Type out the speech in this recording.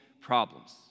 problems